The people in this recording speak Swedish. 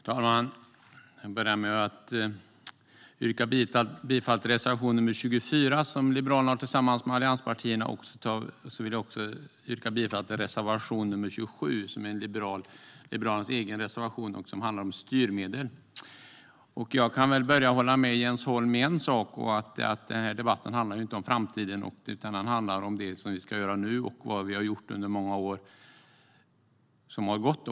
Herr talman! Jag börjar med att yrka bifall till reservation nr 24, som Liberalerna har tillsammans med de övriga allianspartierna. Jag yrkar också bifall till reservation nr 27, som är Liberalernas egen reservation. Den handlar om styrmedel. Jag håller med Jens Holm om en sak: Den här debatten handlar inte om framtiden. Den handlar om det som vi ska göra nu och om vad vi har gjort under många år som har gått.